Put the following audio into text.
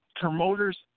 promoters